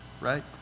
right